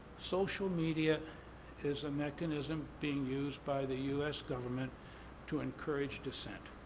social media is a mechanism being used by the u s. government to encourage dissent.